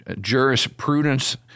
jurisprudence